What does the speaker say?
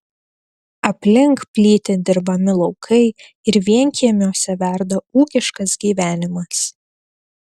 aplink plyti dirbami laukai ir vienkiemiuose verda ūkiškas gyvenimas